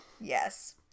Yes